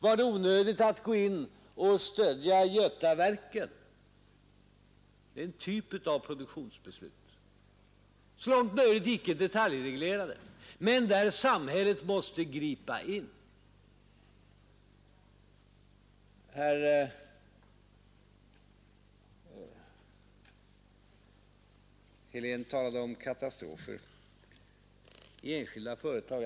Var det onödigt att stödja Götaverken? Det är typer av produktionsbeslut som inte är detaljreglerade men där samhället måste gripa in. Herr Helén talade om katastrofer i vissa företag.